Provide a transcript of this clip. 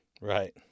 Right